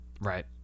right